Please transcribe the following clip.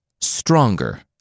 stronger